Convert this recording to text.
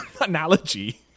analogy